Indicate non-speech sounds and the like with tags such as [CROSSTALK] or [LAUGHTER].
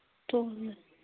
[UNINTELLIGIBLE]